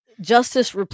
justice